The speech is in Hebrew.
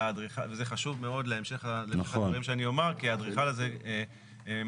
וזה חשוב מאוד להמשך הדברים שאומר כי האדריכל הזה נוטל